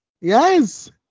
Yes